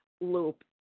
loop